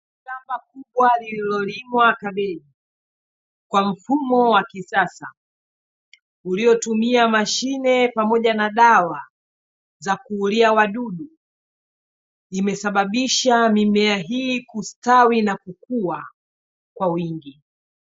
Shamba kubwa lililolimwa kabeji kwa mfumo wa kisasa uliotumia mashine pamoja na dawa za kuulia wadudu, imesababisha mimea hii kustawi na kukua kwa wingi.